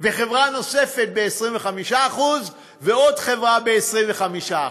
חברה נוספת ב-25% ועוד חברה ב-25%,